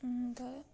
त